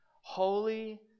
Holy